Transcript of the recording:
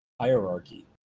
hierarchy